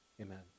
amen